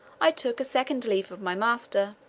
i took a second leave of my master